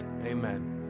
amen